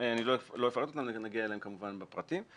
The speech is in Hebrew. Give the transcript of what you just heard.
אני לא אפרט אותם, נגיע אליהם, כמובן, בפרטים.